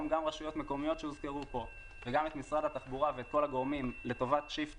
גם רשויות מקומיות וגם את משרד התחבורה וכל הגורמים לטובת שיפט